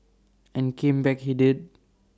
and came back he did